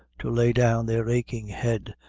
to lay down their aching head,